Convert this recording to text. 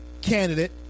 candidate